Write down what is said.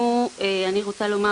אני רוצה לומר